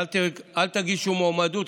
אל תגישו מועמדות,